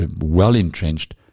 well-entrenched